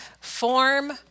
form